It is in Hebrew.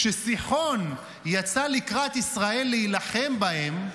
אבל כשסיחון יצא לקראת ישראל, להילחם בהם,